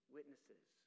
witnesses